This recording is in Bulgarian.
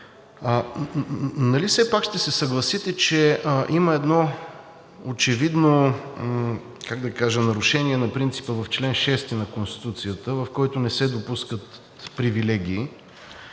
Нали все пак ще се съгласите, че има едно очевидно, как да кажа, нарушение на принципа в чл. 6 на Конституцията, в който не се допускат привилегии